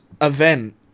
event